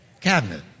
cabinet